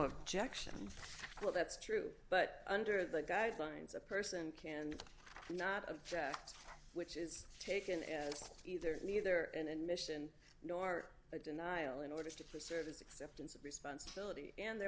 conjecture well that's true but under the guidelines a person can not of which is taken as either neither an admission nor a denial in order to preserve his acceptance of responsibility and there